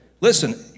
Listen